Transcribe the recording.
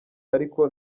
ariko